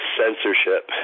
censorship